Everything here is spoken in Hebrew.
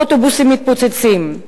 אוטובוסים מתפוצצים,